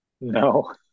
no